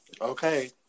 okay